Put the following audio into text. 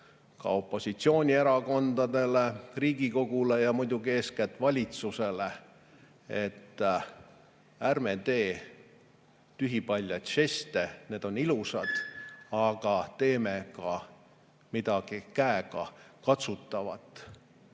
ka opositsioonierakondadele, Riigikogule ja muidugi eeskätt valitsusele, et ärme teeme tühipaljaid žeste, kuigi need on ilusad, teeme ka midagi käegakatsutavat.